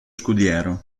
scudiero